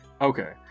Okay